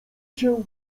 się